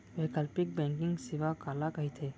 वैकल्पिक बैंकिंग सेवा काला कहिथे?